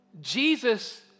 Jesus